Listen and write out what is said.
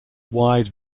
wide